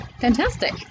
Fantastic